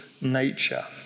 nature